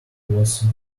was